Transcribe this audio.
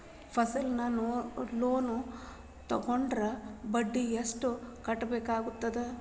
personal loan ತೊಗೊಂಡ್ರ ಬಡ್ಡಿ ಎಷ್ಟ್ ಕಟ್ಟಬೇಕಾಗತ್ತಾ